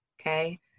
Okay